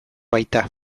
baita